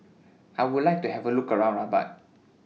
I Would like to Have A Look around Rabat